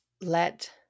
Let